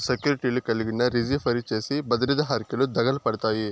సెక్యూర్టీలు కలిగున్నా, రిజీ ఫరీ చేసి బద్రిర హర్కెలు దకలుపడతాయి